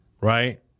Right